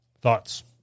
Thoughts